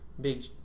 big